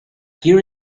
here